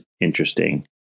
interesting